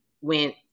went